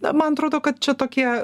na man atrodo kad čia tokie